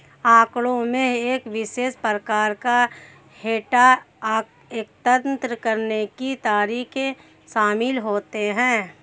आँकड़ों में एक विशेष प्रकार का डेटा एकत्र करने के तरीके शामिल होते हैं